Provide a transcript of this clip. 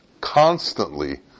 constantly